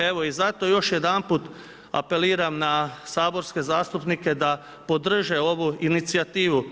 Evo i zato još jedanput apeliram na saborske zastupnike da podrže ovu inicijativu.